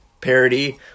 parody